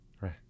right